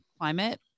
climate